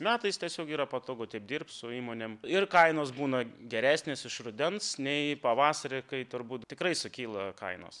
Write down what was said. metais tiesiog yra patogu taip dirbt su įmonėm ir kainos būna geresnės iš rudens nei pavasarį kai turbūt tikrai sukyla kainos